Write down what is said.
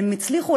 והן הצליחו,